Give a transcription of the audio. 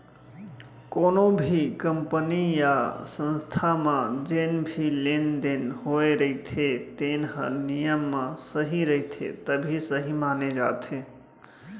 कोनो भी कंपनी य संस्था म जेन भी लेन देन होए रहिथे तेन ह नियम म सही रहिथे तभे सहीं माने जाथे